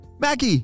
Mackie